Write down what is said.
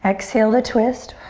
exhale to twist.